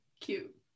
Cute